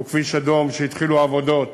שהוא כביש אדום, התחילו עבודות.